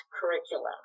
curriculum